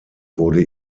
wurde